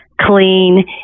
clean